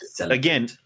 Again